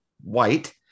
white